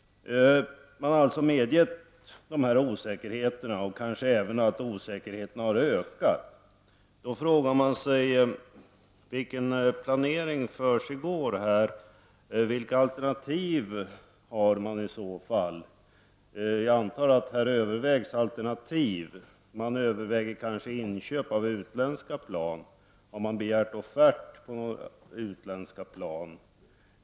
Man har alltså medgett dessa osäkerheter, och kanske även att osäkerheterna har ökat. Då frågar jag mig: Vilken planering försiggår här? Vilka alternativ har man i så fall? Jag antar att alternativ övervägs. Man överväger kanske inköp av utländska plan. Har man begärt offert på utländska plan?